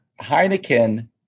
Heineken